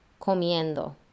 comiendo